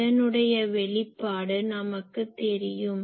இதனுடைய வெளிப்பாடு நமக்குத் தெரியும்